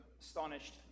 astonished